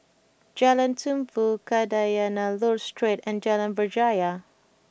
Jalan Tumpu Kadayanallur Street and Jalan Berjaya